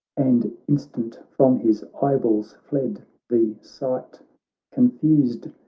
and instant from his eyeballs fled the sight confused,